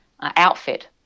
outfit